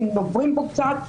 אם נוברים בו קצת,